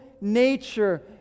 nature